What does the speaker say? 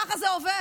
כך זה עובד.